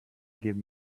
give